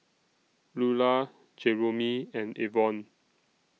Lular Jeromy and Avon